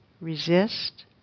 Resist